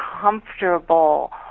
comfortable